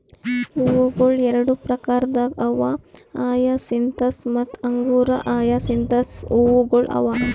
ಹೂವುಗೊಳ್ ಎರಡು ಪ್ರಕಾರದಾಗ್ ಅವಾ ಹಯಸಿಂತಸ್ ಮತ್ತ ಅಂಗುರ ಹಯಸಿಂತ್ ಹೂವುಗೊಳ್ ಅವಾ